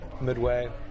midway